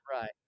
Right